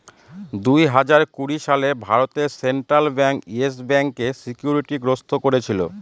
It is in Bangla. দুই হাজার কুড়ি সালে ভারতে সেন্ট্রাল ব্যাঙ্ক ইয়েস ব্যাঙ্কে সিকিউরিটি গ্রস্ত করেছিল